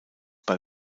bei